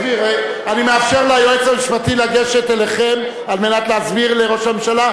אני מאפשר ליועץ המשפטי לגשת אליכם על מנת להסביר לראש הממשלה,